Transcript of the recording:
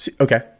Okay